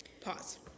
Pause